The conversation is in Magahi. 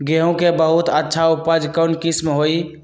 गेंहू के बहुत अच्छा उपज कौन किस्म होई?